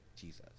jesus